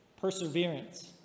perseverance